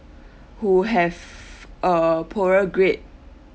who have err poorer grade